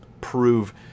prove